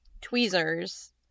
tweezers